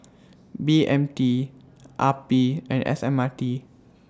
B M T R P and S M R T